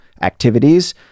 activities